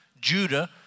Judah